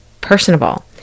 personable